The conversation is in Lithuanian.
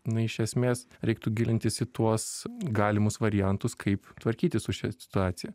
na iš esmės reiktų gilintis į tuos galimus variantus kaip tvarkytis su šia situacija